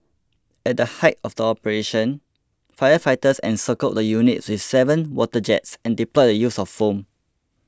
at the height of the operation firefighters encircled the units with seven water jets and deployed the use of foam